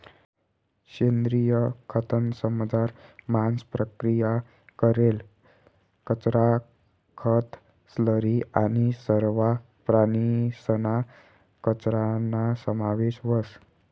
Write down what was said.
सेंद्रिय खतंसमझार मांस प्रक्रिया करेल कचरा, खतं, स्लरी आणि सरवा प्राणीसना कचराना समावेश व्हस